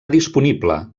disponible